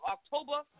October